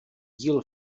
díl